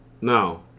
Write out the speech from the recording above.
no